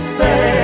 say